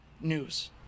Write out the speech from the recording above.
news